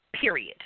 period